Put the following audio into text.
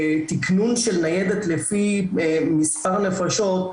תיקנון של ניידת לפי מספר נפשות,